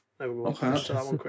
Okay